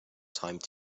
timed